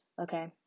okay